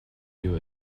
your